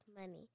money